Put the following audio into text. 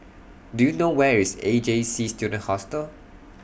Do YOU know Where IS A J C Student Hostel